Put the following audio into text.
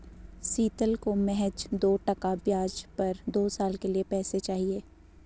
शीतल को महज दो टका ब्याज पर दो साल के लिए पैसे चाहिए